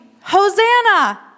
Hosanna